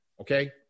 okay